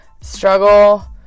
struggle